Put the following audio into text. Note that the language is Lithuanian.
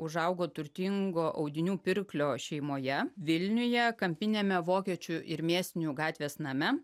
užaugo turtingo audinių pirklio šeimoje vilniuje kampiniame vokiečių ir mėsinių gatvės name